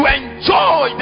enjoy